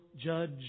judge